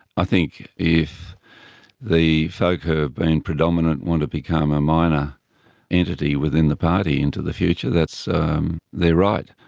i think if the folk who have been predominant want to become a minor entity within the party into the future, that's um their right.